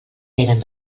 eren